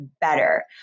better